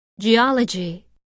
geology